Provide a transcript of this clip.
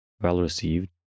well-received